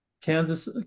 Kansas